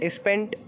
spent